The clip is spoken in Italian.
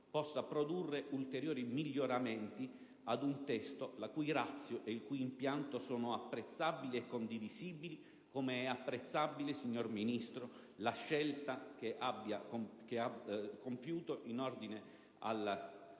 possa produrre ulteriori miglioramenti ad un testo la cui *ratio* e il cui impianto sono apprezzabili e condivisibili, come è apprezzabile, signora Ministro, la sua scelta di presentare un disegno